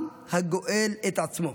עם הגואל את עצמו,